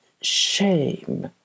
shame